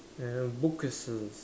and book cases